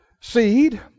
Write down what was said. seed